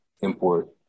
import